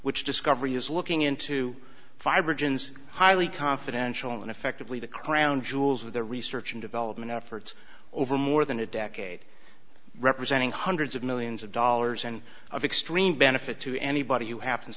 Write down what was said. which discovery is looking into five regions highly confidential and effectively the crown jewels of the research and development efforts over more than a decade representing hundreds of millions of dollars and of extreme benefit to anybody who happens